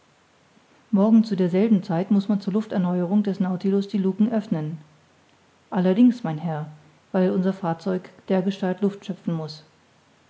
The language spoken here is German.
morgen zu derselben zeit muß man zur lufterneuerung des nautilus die lucken öffnen allerdings mein herr weil unser fahrzeug dergestalt luft schöpfen muß